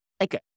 Okay